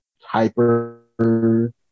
hyper